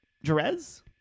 Jerez